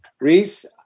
Reese